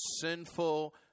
sinful